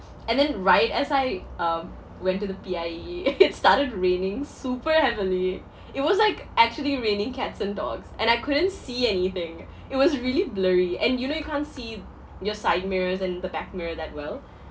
and then right as I um went to the P_I_E it started raining super heavily it was like actually raining cats and dogs and I couldn't see anything it was really blurry and you know you can't see your side mirrors and the back mirror that well